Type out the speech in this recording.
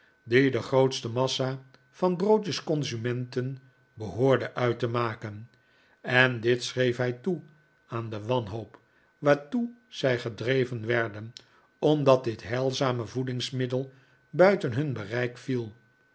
die de grootste massa van broodjesconsumenten behoorde uit te maken en dit schreef hij toe aan de wanhoop waartoe zij gedreven werden omdat dit heilzame voedingsmiddel buiten hun bereik viel